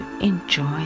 enjoy